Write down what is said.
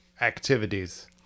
activities